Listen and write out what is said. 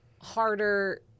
harder